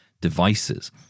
devices